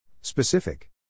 Specific